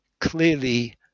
clearly